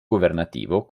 governativo